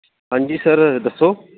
हां जी सर दस्सो